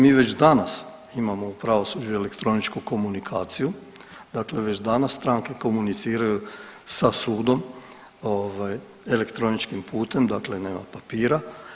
Mi već danas imamo u pravosuđu elektroničku komunikaciju, dakle već danas stranke komuniciraju sa sudom ovaj, elektroničkim putem, dakle nema papira.